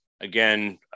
again